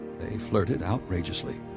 they flirted outrageously.